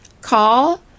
Call